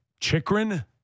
Chikrin